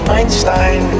Einstein